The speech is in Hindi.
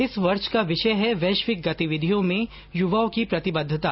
इस वर्ष का विषय है वैश्विक गतिविधियों में युवाओं की प्रतिबद्धता